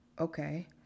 okay